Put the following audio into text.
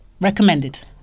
Recommended